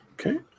Okay